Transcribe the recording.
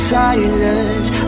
silence